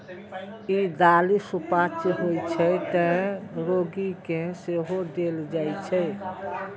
ई दालि सुपाच्य होइ छै, तें रोगी कें सेहो देल जाइ छै